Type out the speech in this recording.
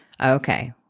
Okay